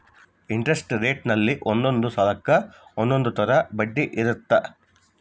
interest ಅಲ್ಲಿ ಒಂದೊಂದ್ ಸಾಲಕ್ಕ ಒಂದೊಂದ್ ತರ ಬಡ್ಡಿ ಇರುತ್ತ